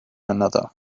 another